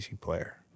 player